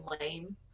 lame